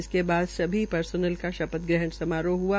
इसके बाद सभी ेसोनल का शाथ ग्रहण समारोह हआ